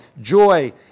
Joy